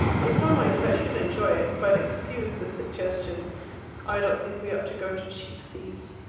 in some ways i should enjoy it but excuse the suggestion i don't think we ought to go to cheap seats.